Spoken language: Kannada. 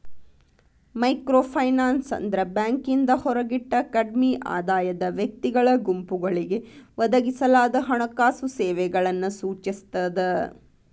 ಮೈಕ್ರೋಫೈನಾನ್ಸ್ ಅಂದ್ರ ಬ್ಯಾಂಕಿಂದ ಹೊರಗಿಟ್ಟ ಕಡ್ಮಿ ಆದಾಯದ ವ್ಯಕ್ತಿಗಳ ಗುಂಪುಗಳಿಗೆ ಒದಗಿಸಲಾದ ಹಣಕಾಸು ಸೇವೆಗಳನ್ನ ಸೂಚಿಸ್ತದ